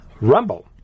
Rumble